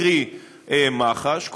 קרי מח"ש,